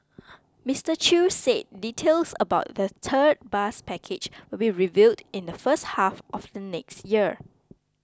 Mister Chew said details about the third bus package will be revealed in the first half of the next year